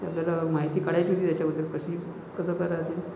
तर जरा माहिती काढायची होती त्याच्याबद्दल कशी कसं करायचं